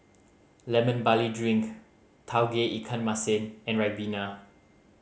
Lemon Barley Drink Tauge Ikan Masin and ribena